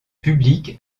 public